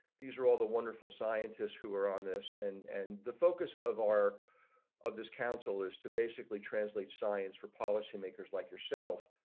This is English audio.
these are all the wonderful scientists who are on this and and the focus of our of this council is to basically translates science for policy makers like yourself.